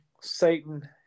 Satan